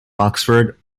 oxford